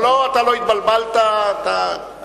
לא, לא, אתה לא התבלבלת, דייקת.